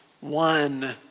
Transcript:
one